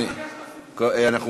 אני מבקש להוסיף אותי.